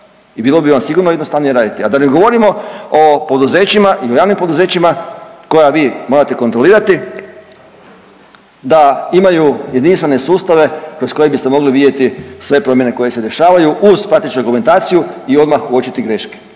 i bilo bi vam sigurno jednostavnije raditi, a da ne govorimo o poduzećima ili javnim poduzećima koja vi morate kontrolirati da imaju jedinstvene sustave kroz koje biste mogli vidjeti sve promjene koje se dešavaju uz prateću dokumentaciju i odmah uočiti greške.